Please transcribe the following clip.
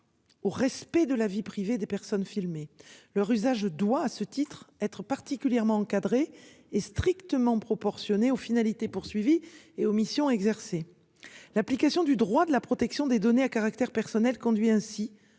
Au respect de la vie privée des personnes filmées leur usage doit à ce titre être particulièrement encadré et strictement proportionnées aux finalités poursuivies et aux missions exercées. L'application du droit de la protection des données à caractère personnel conduit ainsi